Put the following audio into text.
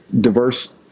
diverse